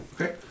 Okay